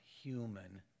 human